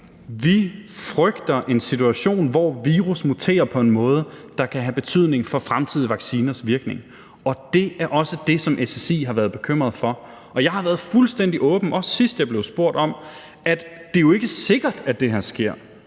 Vi frygter en situation, hvor virus muterer på en måde, der kan have betydning for fremtidige vacciners virkning, og det er også det, som SSI har været bekymret for. Og jeg har været fuldstændig åben, også sidste gang jeg blev spurgt, om, at det jo ikke er sikkert, at det her sker;